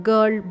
Girl